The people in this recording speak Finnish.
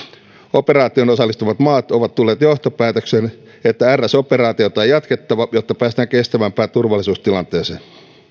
operaatioon osallistuvat maat ovat tulleet johtopäätökseen että rs operaatiota on jatkettava jotta päästään kestävämpään turvallisuustilanteeseen